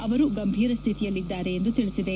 ಅವರು ಗಂಭೀರ ಸ್ಥಿತಿಯಲ್ಲಿದ್ದಾರೆ ಎಂದು ತಿಳಿಸಿದೆ